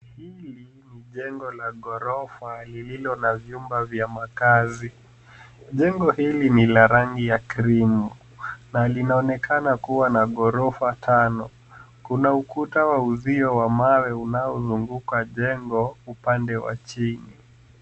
Hili ni jengo la ghorofa lililo na vyumba vya makazi. Jengo hili ni la rangi ya krimu na linaonekana kuwa na ghorofa tano. Kuna ukuta wa uzio wa mawe unaozunguka jengo upande wa chini.